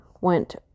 went